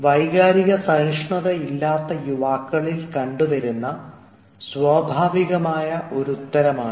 വൈകാരിക സഹിഷ്ണുത ഇല്ലാത്ത യുവാക്കളിൽ കണ്ടുവരുന്ന സ്വാഭാവികമായ ഒരു ഉത്തരമാണ്